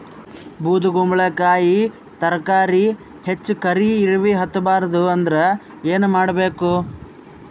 ಬೊದಕುಂಬಲಕಾಯಿ ತರಕಾರಿ ಹೆಚ್ಚ ಕರಿ ಇರವಿಹತ ಬಾರದು ಅಂದರ ಏನ ಮಾಡಬೇಕು?